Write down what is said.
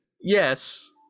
Yes